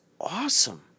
awesome